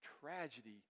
Tragedy